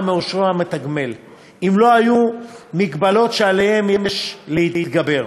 מאושרו המתגמל אם לא היו מגבלות שעליהן יש להתגבר.